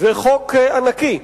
חוק ענקי,